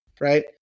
right